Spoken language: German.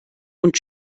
und